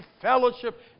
fellowship